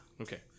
Okay